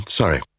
sorry